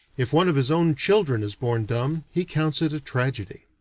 if one of his own children is born dumb, he counts it a tragedy.